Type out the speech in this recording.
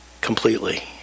completely